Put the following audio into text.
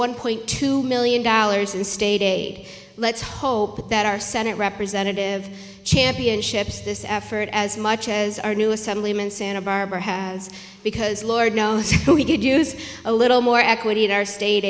one point two million dollars in state aid let's hope that our senate representative championships this effort as much as our new assemblyman santa barbara has because lord knows we could use a little more equity in our state